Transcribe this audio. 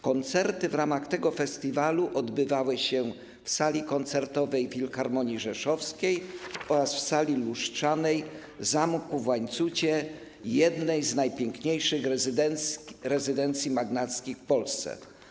Koncerty w ramach tego festiwalu odbywały się w sali koncertowej Filharmonii Rzeszowskiej oraz w sali lustrzanej zamku w Łańcucie - jednej z najpiękniejszych rezydencji magnackich w Polsce.